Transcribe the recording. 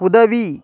உதவி